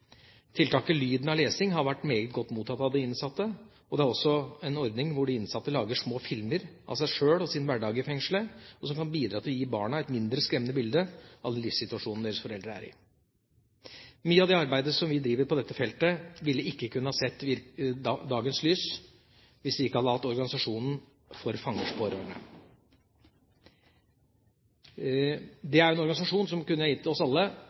Tiltaket Lyden av lesing har vært meget godt mottatt av de innsatte. Det er også en ordning hvor de innsatte lager små filmer av seg sjøl og sin hverdag i fengselet, og som kan bidra til å gi barna et mindre skremmende bilde av den livssituasjonen deres foreldre er i. Mye av det arbeidet vi driver med på dette feltet, ville ikke kunne sett dagens lys hvis vi ikke hadde hatt organisasjonen For Fangers Pårørende. Det er en organisasjon som kunne gitt oss alle